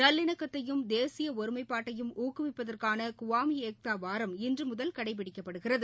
நல்லிணக்கத்தையும் தேசியஒருமைப்பாட்டையும் ஊக்குவிப்பதற்கானகுவாமிஏக்தாவாரம் இன்றுமுதல் கடைபிடிக்கப்படுகிறது